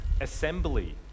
assembly